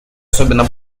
особенно